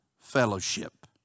fellowship